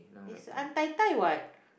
it's untitled what